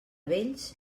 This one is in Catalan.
vells